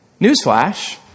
Newsflash